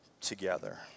together